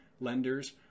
lenders